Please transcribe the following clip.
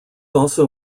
also